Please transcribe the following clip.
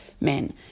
men